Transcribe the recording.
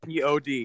Pod